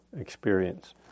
experience